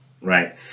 right